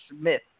Smith